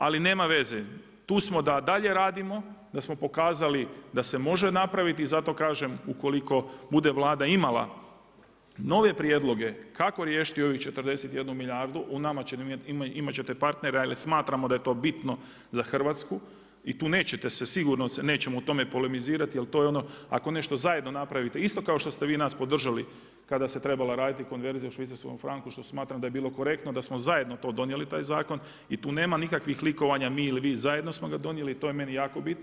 Ali nema veze, tu smo da dalje radimo, da smo pokazali da se može napraviti i zato kažem, ukoliko bude Vlada imala nove prijedloge kako riješiti ovih 41 milijardu, u nama imat ćete partnera jer smatramo da je to bitno za Hrvatsku i tu nećemo se sigurno u tome polemizirati jer to je ono ako nešto zajedno napravite, isto kao što ste vi nas podržali kada se trebala raditi konverzija u švicarskom franku, što smatram da je bilo korektno da smo zajedno to donijeli taj zakon i tu nema nikakvih likovanja mi ili vi, zajedno smo ga donijeli, to je meni jako bitno.